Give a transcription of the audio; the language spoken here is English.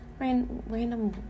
random